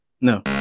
No